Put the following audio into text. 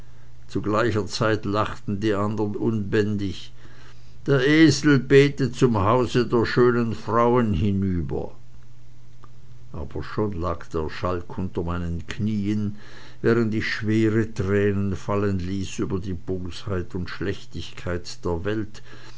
zu gleicher zeit lachten die anderen unbändig der esel betet zum hause der schönen frauen hinüber aber schon lag der schalk unter meinen knieen während ich schwere tränen fallen ließ über die bosheit und schlechtigkeit der welt